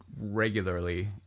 regularly